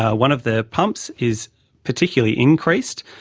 ah one of the pumps is particularly increased,